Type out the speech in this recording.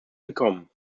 willkommen